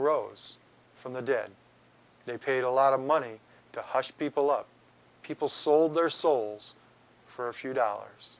rose from the dead they paid a lot of money to hush people up people sold their souls for a few dollars